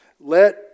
Let